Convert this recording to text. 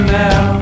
now